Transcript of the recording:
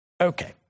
Okay